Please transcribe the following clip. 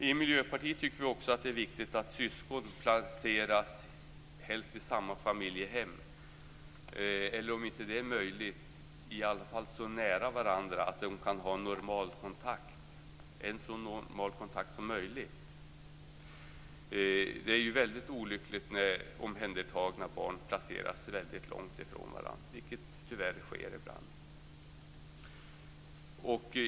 I Miljöpartiet tycker vi också att det är viktigt att syskon helst placeras i samma familjehem. Om inte det är möjligt bör de i alla fall placeras så nära varandra att de kan ha en så normal kontakt som möjligt. Det är ju mycket olyckligt när omhändertagna barn placeras väldigt långt ifrån varandra, något som tyvärr sker ibland.